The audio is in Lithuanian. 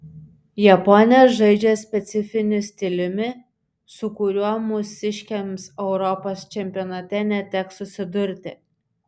japonės žaidžia specifiniu stiliumi su kuriuo mūsiškėms europos čempionate neteks susidurti